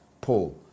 poll